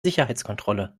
sicherheitskontrolle